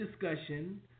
discussion